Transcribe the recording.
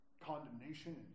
condemnation